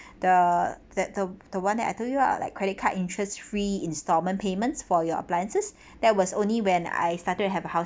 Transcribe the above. the that the the one that I told you lah like credit card interest free installment payments for your appliances that was only when I started to have a house